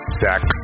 sex